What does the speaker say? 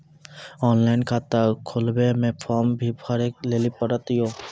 Online खाता खोलवे मे फोर्म भी भरे लेली पड़त यो?